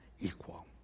equal